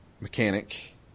Mechanic